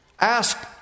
Ask